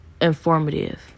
Informative